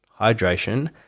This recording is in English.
hydration